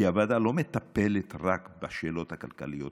כי הוועדה לא מטפלת רק בשאלות הכלכליות,